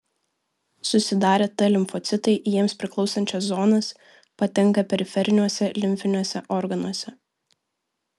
susidarę t limfocitai į jiems priklausančias zonas patenka periferiniuose limfiniuose organuose